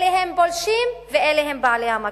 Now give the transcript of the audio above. אלה הם פולשים ואלה הם בעלי המקום,